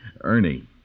Ernie